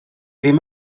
ddim